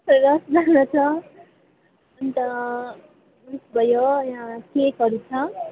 रसदाना छ अन्त उएस भयो यहाँ सेकहरू छ